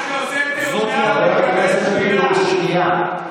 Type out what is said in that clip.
חבר הכנסת פינדרוס, שנייה.